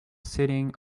sitting